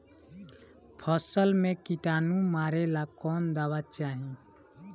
फसल में किटानु मारेला कौन दावा चाही?